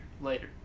later